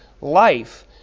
life